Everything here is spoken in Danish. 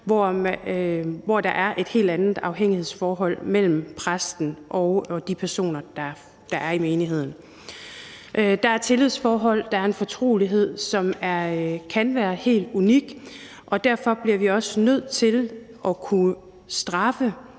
hvor der er et helt andet afhængighedsforhold mellem præsten og de personer, der er i menigheden – der er et tillidsforhold, og der er en fortrolighed, som kan være helt unik – og derfor bliver vi også nødt til at kunne straffe,